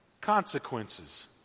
consequences